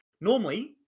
Normally